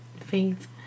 Faith